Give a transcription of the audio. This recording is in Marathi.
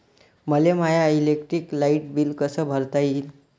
मले माय इलेक्ट्रिक लाईट बिल कस भरता येईल?